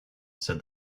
said